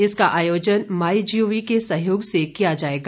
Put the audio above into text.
इसका आयोजन माई जीओवी के सहयोग से किया जाएगा